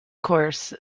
course